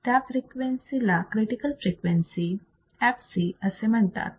त्या फ्रिक्वेन्सी ला critical frequency fc असे म्हणतात